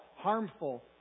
harmful